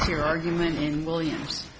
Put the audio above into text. year argument in williams